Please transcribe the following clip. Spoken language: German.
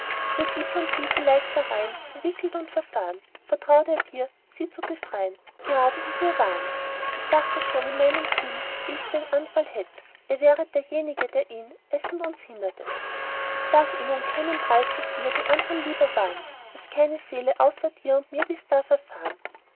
würd ich und sie vielleicht darein verwickelt und verfahren vertraut er dir sie zu befrei'n gerade wie wir waren ich dachte schon in meinem sinn eh sie den anfall hätt ihr wär't derjenige der ihn es und uns hindertet sag ihm um keinen preis daß ihr die andern lieber war'n denn keine seele außer dir und mir darf dies erfahr'n